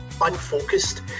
unfocused